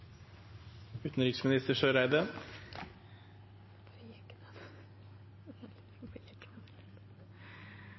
utanriksminister Ine Eriksen Søreide